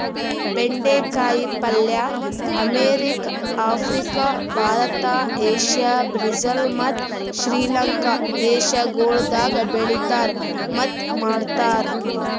ಬೆಂಡೆ ಕಾಯಿ ಪಲ್ಯ America, Africa, Bharat, Asia, Brazil ಮತ್ತ್ ಶ್ರೀ ಲಂಕಾ ದೇಶಗೊಳ್ದಾಗ್ ಬೆಳೆತಾರ್ ಮತ್ತ್ ಮಾಡ್ತಾರ್